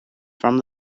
from